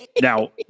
Now